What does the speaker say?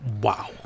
wow